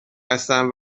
هستن